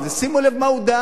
שימו לב למה הוא דאג.